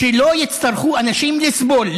שלא יצטרכו אנשים לסבול,